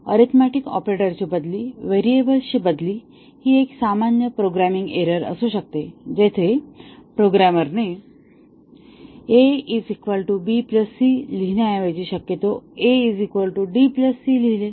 arithmetic ऑपरेटरची बदली व्हेरिएबलची बदली ही एक सामान्य प्रोग्रामिंगएरर आहे जिथे प्रोग्रामरने a b c लिहिण्याऐवजी शक्यतो a d c लिहिले